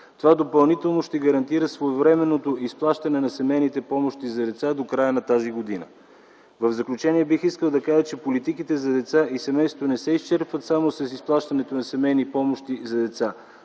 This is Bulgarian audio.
Това допълнително ще гарантира своевременното изплащане на семейните помощи за деца до края на тази година. В заключение бих искал да кажа, че политиките за деца и семейства не се изчерпват само с изплащането на семейни помощи за деца,